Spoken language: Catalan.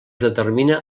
determina